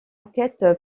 enquête